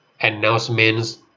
announcements